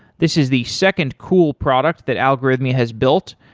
this is the second cool product that algorithmia has built,